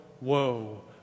woe